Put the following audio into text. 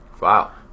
Wow